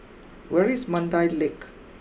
where is Mandai Lake